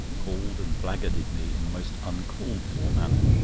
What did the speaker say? called and blackguarded me in the most uncalled-for manner.